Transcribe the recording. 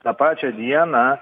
tą pačią dieną